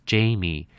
Jamie